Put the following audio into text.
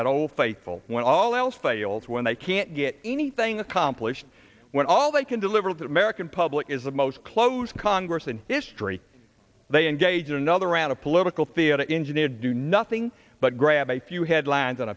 at old faithful when all else fails when they can't get anything accomplished when all they can deliver that american public is the most closed congress in history they engage in another round of political theater engineer do nothing but grab a few headlines